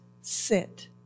sit